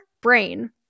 brain